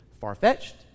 far-fetched